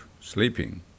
sleeping